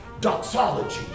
doxology